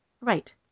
Right